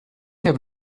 have